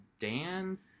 Dance